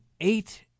eight